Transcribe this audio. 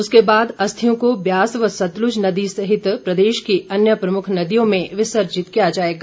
उसके बाद अस्थियों को व्यास व सतलुज सहित प्रदेश की अन्य प्रमुख नदियों में विसर्जित किया जाएगा